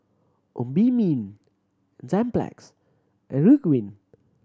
Obimin Enzyplex and Ridwind